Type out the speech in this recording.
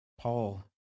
Paul